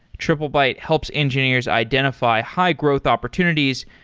triplebyte helps engineers identify high-growth opportunities,